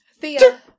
Thea